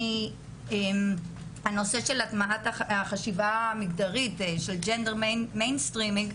הנושא של הטמעת החשיבה המגדרית של ג'נדרמן מיינסטרימית,